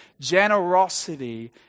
generosity